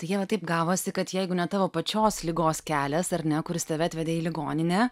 tai ieva taip gavosi kad jeigu ne tavo pačios ligos kelias ar ne kuris tave atvedė į ligoninę